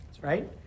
right